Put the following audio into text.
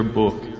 book